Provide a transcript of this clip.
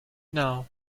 now